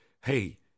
hey